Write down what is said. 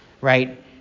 right